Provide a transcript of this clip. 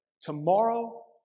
tomorrow